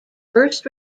first